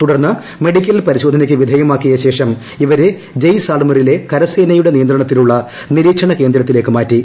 തുടർന്ന് മെഡിക്കൽ പരിശോധനയ്ക്ക് വിധേയമാക്കിയ ശേഷം ഇവരെ ജയ്സാൽമറിലെ കരസേനയുടെ നിയന്ത്രണത്തിലുള്ള നിരീക്ഷണ കേന്ദ്രത്തിലേക്ക് മാറ്റി